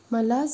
hello